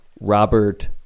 Robert